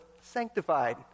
sanctified